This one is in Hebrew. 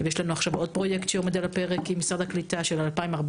יש לנו עכשיו עוד פרויקט עם משרד הקליטה שעומד על הפרק,